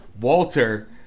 Walter